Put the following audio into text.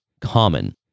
common